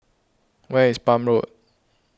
where is Palm Road